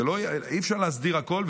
שאי-אפשר להסדיר הכול.